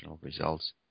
results